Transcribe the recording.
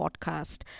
podcast